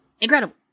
incredible